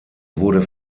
wurde